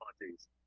parties